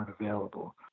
available